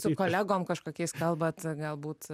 su kolegom kažkokiais kalbat galbūt